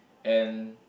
and